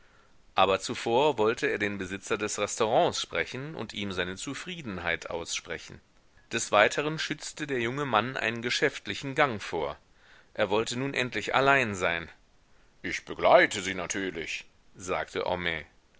aber zuvor wollte er den besitzer des restaurants sprechen und ihm seine zufriedenheit aussprechen des weiteren schützte der junge mann einen geschäftlichen gang vor er wollte nun endlich allein sein ich begleite sie natürlich sagte homais